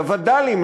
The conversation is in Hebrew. לווד"לים,